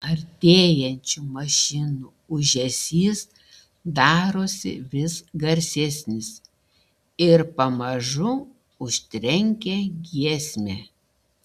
artėjančių mašinų ūžesys darosi vis garsesnis ir pamažu užtrenkia giesmę